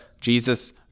Jesus